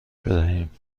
بدهیم